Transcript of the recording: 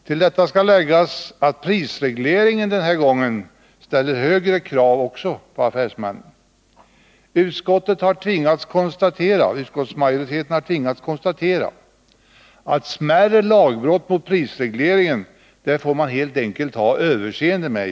Till detta skall läggas att prisregleringen denna gång ställer högre krav på affärsmännen. Utskottsmajoriteten har tvingats konstatera att man helt enkelt får ha överseende med smärre lagbrott när det gäller prisregleringen.